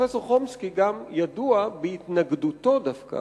פרופסור חומסקי גם ידוע בהתנגדותו דווקא